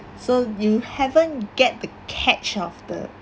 so you haven't get the catch of the